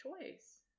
choice